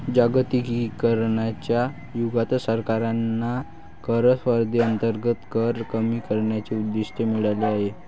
जागतिकीकरणाच्या युगात सरकारांना कर स्पर्धेअंतर्गत कर कमी करण्याचे उद्दिष्ट मिळाले आहे